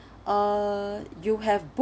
uh you have